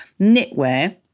knitwear